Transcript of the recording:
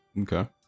Okay